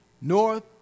north